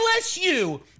LSU